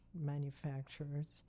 manufacturers